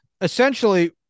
Essentially